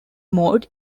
mode